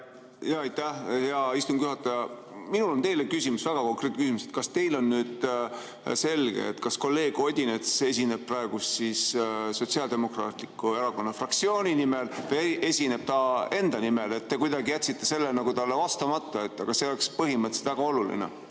Aitäh, hea istungi juhataja! Minul on teile küsimus, väga konkreetne küsimus: kas teil on nüüd selge, kas kolleeg Odinets esineb praegu Sotsiaaldemokraatliku Erakonna fraktsiooni nimel või esineb ta enda nimel? Te kuidagi jätsite selle talle vastamata, aga see oleks põhimõtteliselt väga oluline.